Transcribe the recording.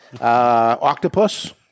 Octopus